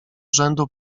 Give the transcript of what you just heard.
rzędu